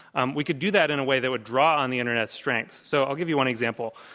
um we could do that in a way that would draw on the internet strength. so i'll give you one example,